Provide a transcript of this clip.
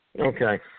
Okay